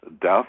death